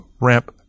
ramp